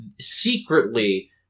secretly